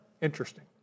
Interesting